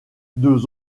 deux